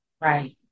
Right